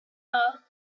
are